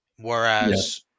Whereas